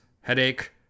headache